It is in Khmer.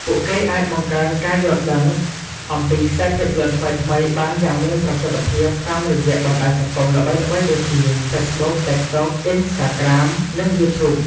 ពួកគេអាច បង្កើនការយល់ដឹង អំពីខ្សែភាពយន្តថ្មីៗបានយ៉ាងមានប្រសិទ្ធភាពតាមរយៈបណ្ដាញសង្គមល្បីៗដូចជា ហ្វេសប៊ុក (Facebook), តិកតុក (TikTok), អុីនស្តាក្រាម (Instagram), និង យូធូប (YouTube)។